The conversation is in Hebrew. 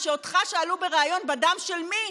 וכשאותך שאלו בריאיון: בדם של מי?